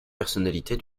personnalités